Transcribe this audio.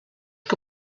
que